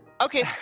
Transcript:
Okay